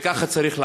וככה צריך לעשות.